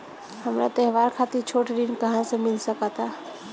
हमरा त्योहार खातिर छोट ऋण कहाँ से मिल सकता?